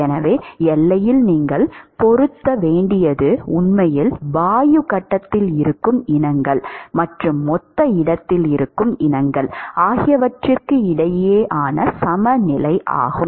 எனவே எல்லையில் நீங்கள் பொருத்த வேண்டியது உண்மையில் வாயு கட்டத்தில் இருக்கும் இனங்கள் மற்றும் மொத்த இடத்தில் இருக்கும் இனங்கள் ஆகியவற்றுக்கு இடையேயான சமநிலை ஆகும்